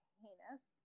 heinous